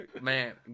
Man